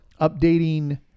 Updating